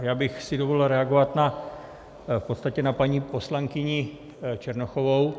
Já bych si dovolil reagovat v podstatě na paní poslankyni Černochovou.